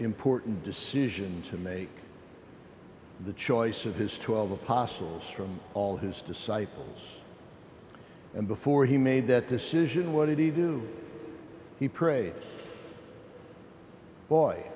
important decision to make the choice of his twelve apostles from all his disciples and before he made that decision what did he do he prayed boy